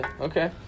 Okay